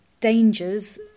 dangers